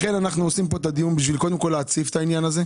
לכן אנחנו עושים פה את הדיון בשביל קודם כל להציף את העניין הזה.